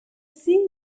see